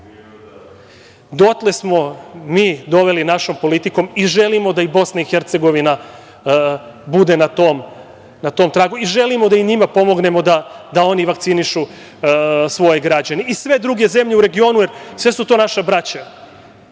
Dotle smo mi doveli našom politikom i želimo da i BiH bude na tom tragu, i želimo da i njima pomognemo da oni vakcinišu svoje građane, i sve druge zemlje u regionu, sve su to naša braća. Još